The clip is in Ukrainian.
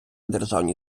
державній